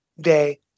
day